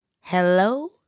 Hello